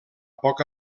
poc